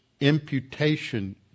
imputation